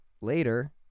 later